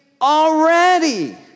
already